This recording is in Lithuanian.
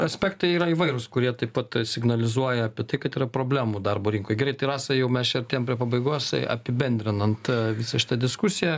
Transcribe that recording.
aspektai yra įvairūs kurie taip pat signalizuoja apie tai kad yra problemų darbo rinkoj grei tai rasa jau mes čia artėjam prie pabaigos apibendrinant visą šitą diskusiją